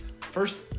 First